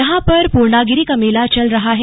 यहां पर पूर्णागिरि का मेला चल रहा है